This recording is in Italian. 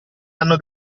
hanno